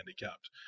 handicapped